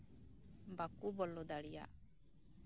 ᱵᱟᱠᱚ ᱵᱚᱞᱚ ᱫᱟᱲᱮᱭᱟᱜ